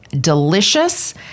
delicious